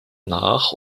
nach